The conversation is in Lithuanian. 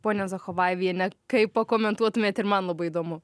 ponia zachovajeviene kaip pakomentuotumėt ir man labai įdomu